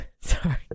Sorry